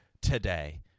today